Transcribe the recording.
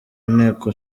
nteko